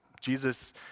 Jesus